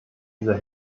dieser